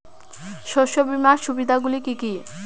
শস্য বীমার সুবিধা গুলি কি কি?